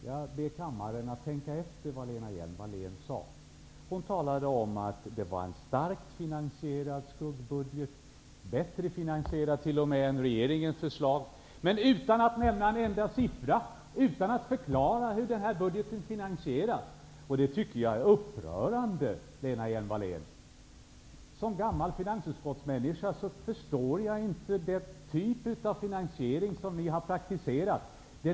Jag ber kammaren att tänka över vad Lena Hjelm-Wallén sade. Hon talade om att skuggbudgeten var starkt finansierad. Den skulle vara t.ex. bättre finansierad än regeringens förslag. Men hon nämnde inte en enda siffra. Hon förklarade inte hur budgeten finansierats. Det tycker jag är upprörande. Som tidigare ledamot i finansutskottet förstår jag mig inte på den typ av finansiering som ni har praktiserat.